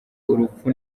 urupfu